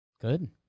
good